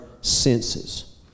senses